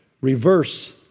Reverse